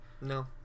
No